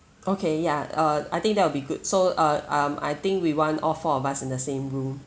okay ya uh I think that will be good so uh um I think we want all four of us in the same room